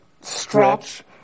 stretch